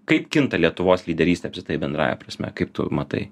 kaip kinta lietuvos lyderystė apskritai bendrąja prasme kaip tu matai